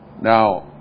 Now